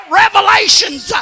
revelations